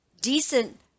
decent